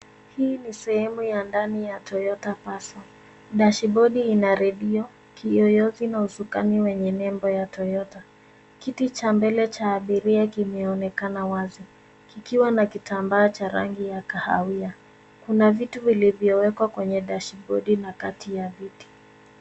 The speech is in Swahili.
Hii ni sehemu ya ndani ya Toyota Passo. Dashibodi ina redio, kioyozi na usukani wenye nembo ya Toyota. Kiti cha mbele cha abiria kimeonekana wazi, kikiwa na kitambaa cha rangi ya kahawia, kuna vitu vilivyowekwa kwenye dashibodi na kati ya viti.